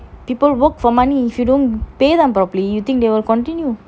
people work for money if you don't pay them properly you think they will continue